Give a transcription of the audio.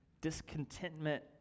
Discontentment